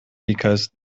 because